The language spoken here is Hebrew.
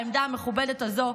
בעמדה המכובדת הזו,